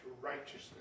righteousness